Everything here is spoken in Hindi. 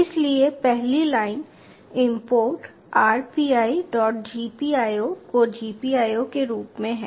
इसलिए पहली लाइन import RPiGPIO को GPIO के रूप में है